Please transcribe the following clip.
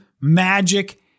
magic